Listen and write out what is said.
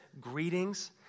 greetings